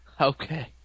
Okay